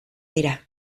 dira